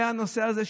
והנושא הזה,